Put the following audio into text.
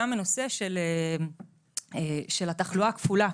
גם לנושא של התחלואה הכפולה.